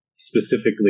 specifically